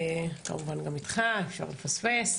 כמובן, גם איתך אי-אפשר לפספס.